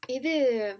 இது:idhu